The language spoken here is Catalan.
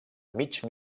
mig